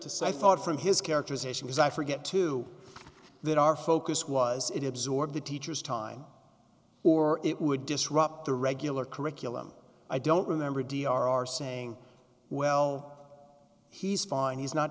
to say i thought from his characterization was i forget too that our focus was it absorb the teachers time or it would disrupt the regular curriculum i don't remember d r are saying well he's fine he's not